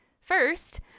First